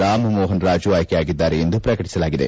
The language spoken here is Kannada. ರಾಮಮೋಹನ್ ರಾಜು ಆಯ್ಕೆಯಾಗಿದ್ದಾರೆ ಎಂದು ಪ್ರಕಟಿಸಲಾಗಿದೆ